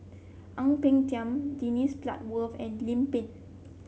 Ang Peng Tiam Dennis Bloodworth and Lim Pin